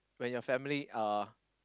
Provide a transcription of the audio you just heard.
when your family uh